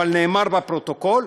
אבל נאמר לפרוטוקול,